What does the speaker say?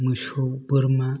मोसौ बोरमा